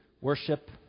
worship